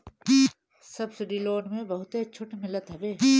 subsidy loan में बहुते छुट मिलत हवे